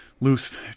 loose